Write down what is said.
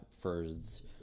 First